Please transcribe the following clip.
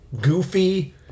goofy